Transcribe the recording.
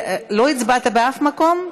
אז תוסיפי אותי, לא הצבעת באף מקום?